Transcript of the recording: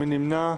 מי נמנע?